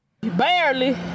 Barely